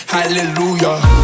Hallelujah